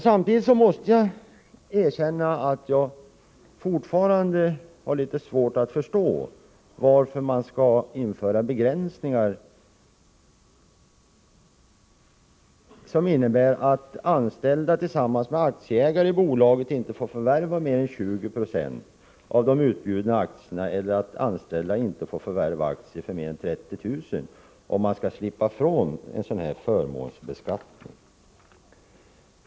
Samtidigt måste jag erkänna att jag fortfarande har litet svårt att förstå varför man skall införa begränsningar som innebär att anställda tillsammans med aktieägare i bolaget inte får förvärva mer än 20 90 av de utbjudna aktierna eller att anställda inte får förvärva aktier för mer än 30 000 kr., om de skall slippa ifrån förmånsbeskattning.